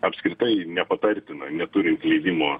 apskritai nepatartina neturint leidimo